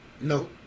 No